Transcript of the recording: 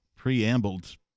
preambled